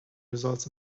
results